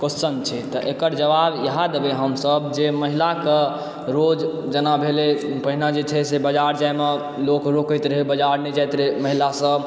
question छै तऽ एकर जवाब यहए देबै हम सब जे महिलाके रोज जेना भेलै पहिने जे छै से बजार जाइमे लोक रोकैत रहै बजार नहि जाइत रहै महिला सब